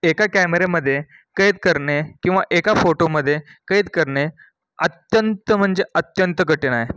एका कॅमेऱ्यामध्ये कैद करणे किंवा एका फोटोमध्ये कैद करणे अत्यंत म्हणजे अत्यंत कठिण आहे